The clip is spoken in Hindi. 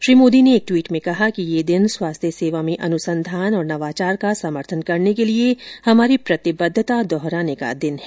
श्री मोदी ने एक ट्वीट में कहा है कि यह दिन स्वास्थ्य सेवा में अनुसंधान और नवाचार का समर्थन करने के लिए हमारी प्रतिबद्धता को दोहराने का दिन है